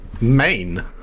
Main